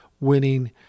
winning